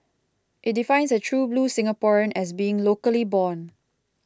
it defines a true blue Singaporean as being locally born